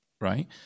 Right